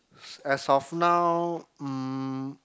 as of now mm